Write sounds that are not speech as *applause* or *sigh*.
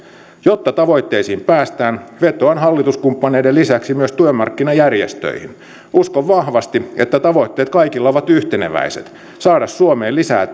jotta tavoitteisiin päästään vetoan hallituskumppaneiden lisäksi myös työmarkkinajärjestöihin uskon vahvasti että tavoitteet kaikilla ovat yhteneväiset saada suomeen lisää *unintelligible*